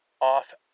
off